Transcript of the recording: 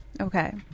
Okay